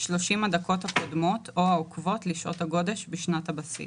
30 הדקות הקודמות או העוקבות לשעות הגודש בשנת הבסיס.